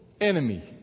enemy